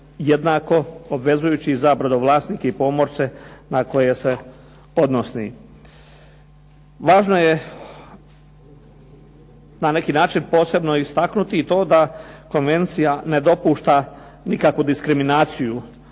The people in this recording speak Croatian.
jednako obvezujući za brodovlasnike i pomorce na koje se odnosi. Važno je na neki način posebno istaknuti i to da konvencija ne dopušta nikakvu diskriminaciju